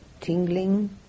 tingling